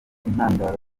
intandaro